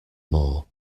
more